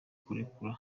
kurekurwa